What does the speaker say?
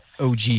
OG